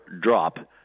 drop